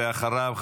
ואחריו,